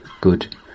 good